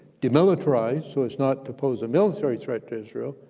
demilitarized so as not to pose a military threat to israel,